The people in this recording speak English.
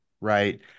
right